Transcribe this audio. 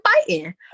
fighting